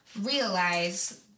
realize